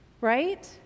right